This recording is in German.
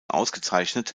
ausgezeichnet